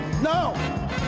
No